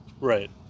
right